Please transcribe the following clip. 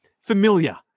familiar